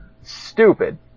Stupid